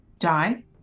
die